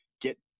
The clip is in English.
get